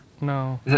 No